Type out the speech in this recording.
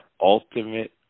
ultimate